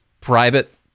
private